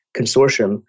Consortium